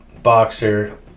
boxer